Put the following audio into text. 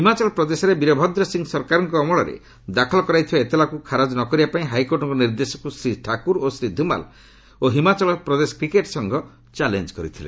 ହିମାଚଳ ପ୍ରଦେଶରେ ବୀରଭଦ୍ର ସିଂ ସରକାରଙ୍କ ଅମଳରେ ଦାଖଲ କରାଯାଇଥିବା ଏତଲାକ୍ ଖାରଜ ନ କରିବାପାଇଁ ହାଇକୋର୍ଟଙ୍କ ନିର୍ଦ୍ଦେଶକୁ ଶ୍ରୀ ଠାକୁର ଶ୍ରୀ ଧୁମାଲ୍ ଓ ହିମାଚଳ ପ୍ରଦେଶ କ୍ରିକେଟ୍ ସଂଘ ଚ୍ୟାଲେଞ୍ଜ କରିଥିଲେ